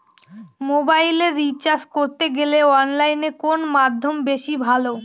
মোবাইলের রিচার্জ করতে গেলে অনলাইনে কোন মাধ্যম বেশি ভালো?